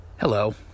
Hello